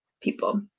people